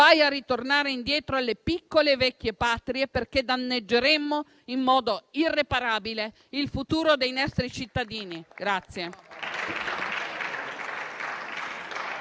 guai a ritornare indietro alle piccole e vecchie patrie, perché danneggeremmo in modo irreparabile il futuro dei nostri cittadini.